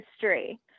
history